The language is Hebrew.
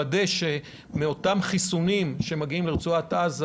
לוודא שמאותם חיסונים שמגיעים לרצועת עזה